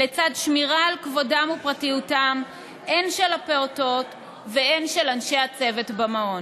לצד שמירה על כבודם ופרטיותם הן של הפעוטות והן של אנשי הצוות במעון.